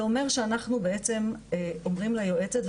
זה אומר שאנחנו אומרים ליועצת,